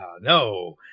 No